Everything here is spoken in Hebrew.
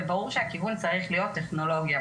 וברור שהכיוון צריך להיות טכנולוגיה.